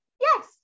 Yes